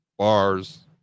Bars